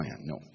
No